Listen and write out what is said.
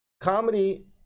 comedy